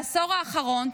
בעשור האחרון,